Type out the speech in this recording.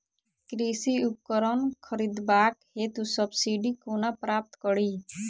कृषि उपकरण खरीदबाक हेतु सब्सिडी कोना प्राप्त कड़ी?